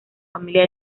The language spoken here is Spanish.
familia